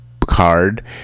card